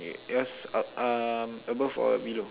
okay yours up uh above or below